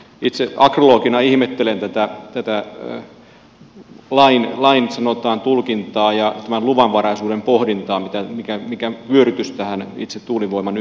itse agrologina ihmettelen tätä lain sanotaan tulkintaa ja tämän luvanvaraisuuden pohdintaa mikä vyörytys tähän itse tuulivoiman ympärille on tullut